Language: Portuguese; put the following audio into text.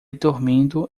dormindo